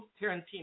Tarantino